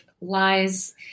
lies